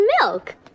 milk